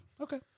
Okay